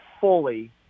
fully